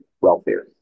welfare